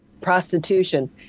prostitution